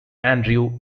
andrew